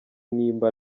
niba